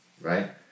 right